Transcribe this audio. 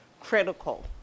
critical